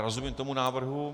Rozumím tomu návrhu.